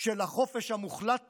של החופש המוחלט